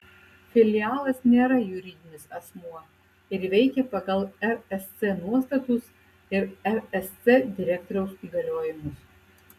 filialas nėra juridinis asmuo ir veikia pagal rsc nuostatus ir rsc direktoriaus įgaliojimus